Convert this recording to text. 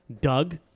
Doug